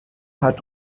hat